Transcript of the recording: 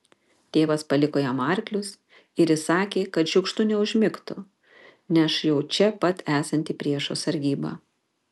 tėvas paliko jam arklius ir įsakė kad šiukštu neužmigtų neš jau čia pat esanti priešo sargyba